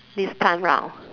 this time round